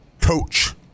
coach